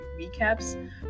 recaps